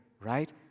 right